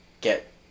get